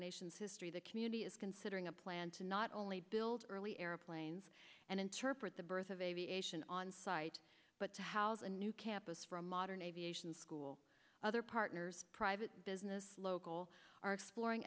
nation's history the community is considering a plan to not only build early airplanes and interpret the birth of aviation on site but to house and new campus for a modern aviation school other partners private business local are exploring